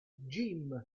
jim